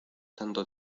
tanto